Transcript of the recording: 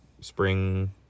spring